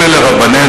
אם אלה רבנינו,